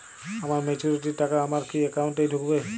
আমার ম্যাচুরিটির টাকা আমার কি অ্যাকাউন্ট এই ঢুকবে?